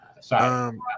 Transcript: Sorry